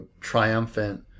triumphant